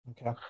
Okay